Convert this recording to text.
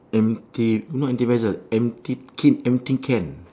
empty not empty vessel empty kit empty can